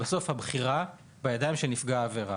בסוף, הבחירה היא בידיים של נפגע העבירה.